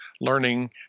learning